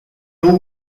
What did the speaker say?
two